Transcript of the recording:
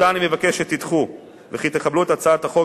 ואני מבקש שתדחו אותה ותקבלו את הצעת החוק